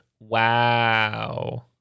Wow